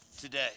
today